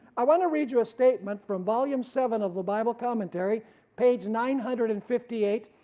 i want to read you a statement from volume seven of the bible commentary page nine hundred and fifty eight,